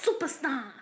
Superstar